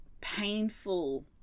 painful